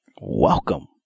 Welcome